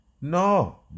no